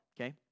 Okay